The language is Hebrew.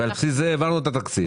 ועל בסיס זה העברנו את התקציב.